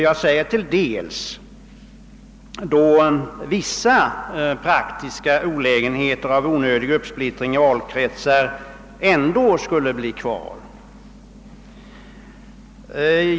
Jag säger »till dels», eftersom vissa praktiska olägenheter och onödig uppsplittring i valkretsar ändå skulle kvarstå.